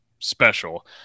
special